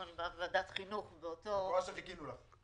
אבל בוועדת החינוך באותו --- את רואה שחיכינו לך.